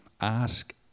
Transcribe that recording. ask